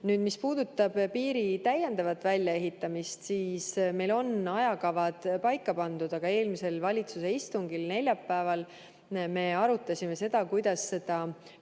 Mis puudutab piiri täiendavat väljaehitamist, siis meil on ajakava paika pandud, aga eelmisel valitsuse istungil neljapäeval me arutasime, kuidas